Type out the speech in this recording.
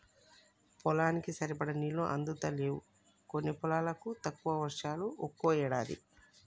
పొలానికి సరిపడా నీళ్లు అందుతలేవు కొన్ని పొలాలకు, తక్కువ వర్షాలు ఒక్కో ఏడాది